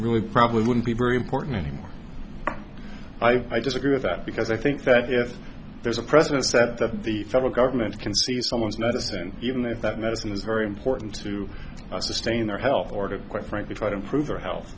really probably wouldn't be very important anymore i disagree with that because i think that if there's a precedent set that the federal government can see someone's medicine even if that medicine is very important to sustain their health or to quite frankly try to improve their health